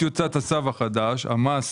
לפי טיוטת הצו החדש, המס,